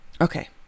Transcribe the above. Okay